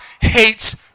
hates